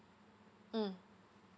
mm